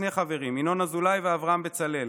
שני חברים: ינון אזולאי ואברהם בצלאל,